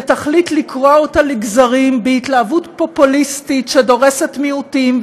ותחליט לקרוע אותה לגזרים בהתלהבות פופוליסטית שדורסת מיעוטים,